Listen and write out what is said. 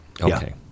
Okay